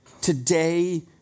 Today